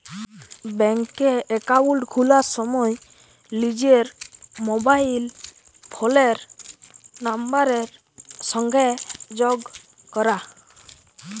ব্যাংকে একাউল্ট খুলার সময় লিজের মবাইল ফোলের লাম্বারের সংগে যগ ক্যরা